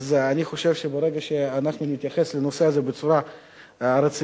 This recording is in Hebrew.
אני חושב שברגע שאנחנו נתייחס לנושא הזה בצורה רצינית,